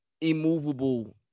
immovable